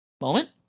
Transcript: Moment